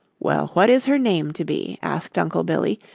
well, what is her name to be? asked uncle billy,